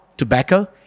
tobacco